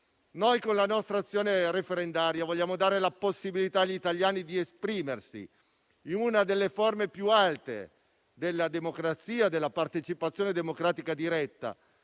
Noi, con la nostra azione referendaria, vogliamo dare la possibilità agli italiani di esprimersi in una delle forme più alte della democrazia e della partecipazione democratica diretta,